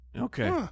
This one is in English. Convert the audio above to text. Okay